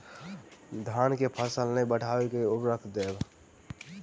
धान कऽ फसल नै बढ़य छै केँ उर्वरक देबै?